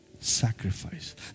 sacrifice